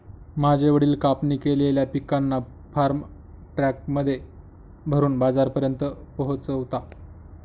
माझे वडील कापणी केलेल्या पिकांना फार्म ट्रक मध्ये भरून बाजारापर्यंत पोहोचवता